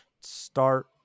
start